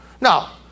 Now